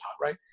right